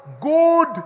good